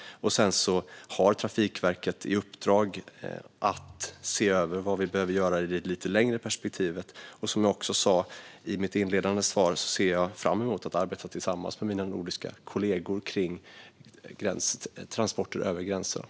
Trafikverket har i uppdrag att se över vad som behöver göras i det lite längre perspektivet. Som jag sa i mitt inledande svar ser jag fram emot att arbeta tillsammans med mina nordiska kollegor kring transporter över gränserna.